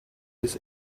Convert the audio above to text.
bis